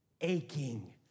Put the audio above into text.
aching